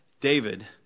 David